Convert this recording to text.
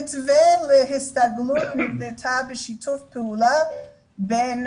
המתווה להסתגלות נבנה בשיתוף פעולה בין